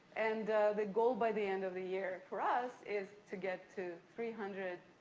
and the goal by the end of the year, for us, is to get to three hundred,